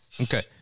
Okay